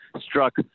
struck